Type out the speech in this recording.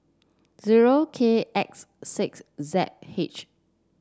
zero K X six Z H